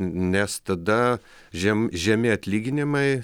nes tada žem žemi atlyginimai